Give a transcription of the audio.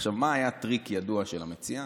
עכשיו, מה היה טריק ידוע של המציע?